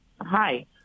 Hi